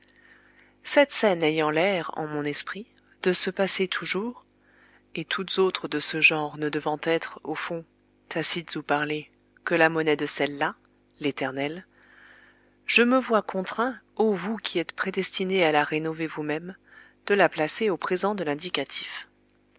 cette scène ayant l'air en mon esprit de se passer toujours et toutes autres de ce genre ne devant être au fond tacites ou parlées que la monnaie de celle-là l'éternelle je me vois contraint ô vous qui êtes prédestinés à la rénover vous-mêmes de la placer au présent de l'indicatif